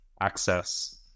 access